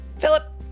Philip